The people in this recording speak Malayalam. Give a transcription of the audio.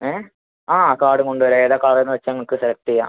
ഏ ആ കാർഡും കൊണ്ട് വരാം ഏതാണ് കളർ എന്ന് വെച്ചാൽ നിങ്ങൾക്ക് സെലക്റ്റ് ചെയ്യാം